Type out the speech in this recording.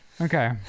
okay